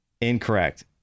Incorrect